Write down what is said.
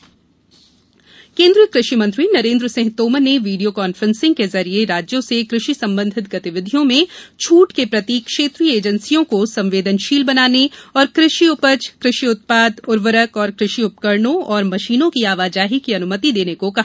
किसान राहत केंद्रीय कृषि मंत्री नरेंद्र सिंह तोमर ने वीडियो कांफ्रेंसिंग के जरिए राज्यों से कृषि संबंधित गतिविधियों में छूट के प्रति क्षेत्रीय एजेंसियों को संवेदनशील बनाने और कृषि उपज कृषि उत्पाद उर्वरक और कृषि उपकरणों एवं मशीनों की आवाजाही की अनुमति देने को कहा